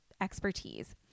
expertise